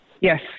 Yes